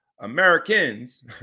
americans